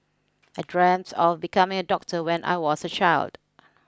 I dreamt of becoming a doctor when I was a child